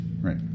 Right